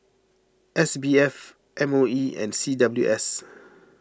S B F M O E and C W S